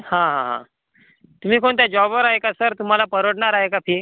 हा हा हा तुम्ही कोणत्या जॉबवर आहे का सर तुम्हाला परवडणार आहे का फी